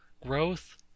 growth